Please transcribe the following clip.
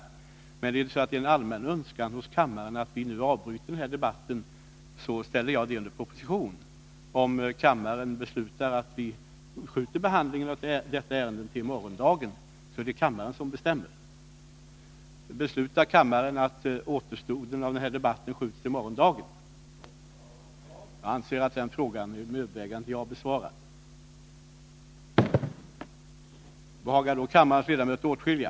Om det är en allmän önskan hos kammarens ledamöter att vi avbryter den här debatten ställer jag nu frågan under proposition om kammaren beslutar att uppskjuta återstående del av denna debatt till morgondagens sammanträde.